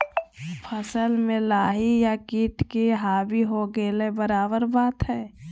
फसल में लाही या किट के हावी हो गेला बराबर बात हइ